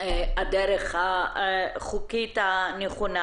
בדרך החוקית הנכונה.